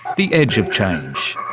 the edge of change.